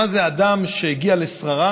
מה זה אדם שהגיע לשררה